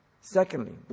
Secondly